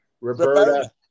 Roberta